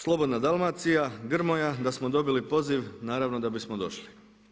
Slobodna Dalmacija“ Grmoja, da smo dobili poziv, naravno da bismo došli.